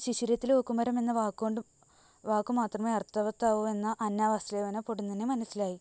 ശിശിരത്തിൽ ഓക്കുമരം എന്ന വാക്കുമാത്രമേ അർഥവർത്താവു എന്ന അന്നാവാസ്ലിവ്ന പൊടുന്നനെ മനസ്സിലായി